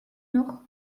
noch